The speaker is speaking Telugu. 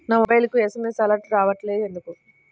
నా మొబైల్కు ఎస్.ఎం.ఎస్ అలర్ట్స్ రావడం లేదు ఎందుకు?